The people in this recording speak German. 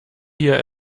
hier